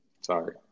Sorry